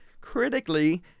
critically